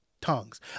tongues